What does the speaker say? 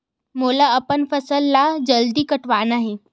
मोला अपन फसल ला जल्दी कटवाना हे?